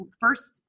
first